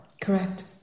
Correct